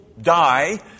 die